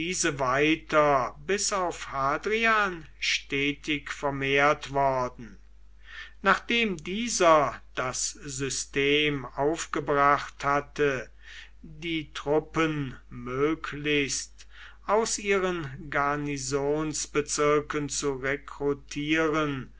weiter bis auf hadrian stetig vermehrt worden nachdem dieser das system aufgebracht hatte die truppen möglichst aus ihren garnisonsbezirken zu